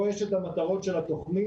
יש פה את המטרות של התוכנית.